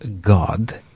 God